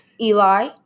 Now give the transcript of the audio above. Eli